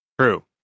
True